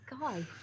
Guy